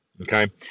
Okay